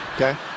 Okay